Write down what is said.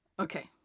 Okay